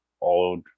old